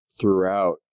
throughout